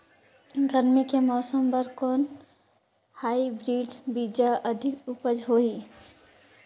गरमी के मौसम बर कौन हाईब्रिड बीजा अधिक उपज होही?